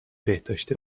بهداشت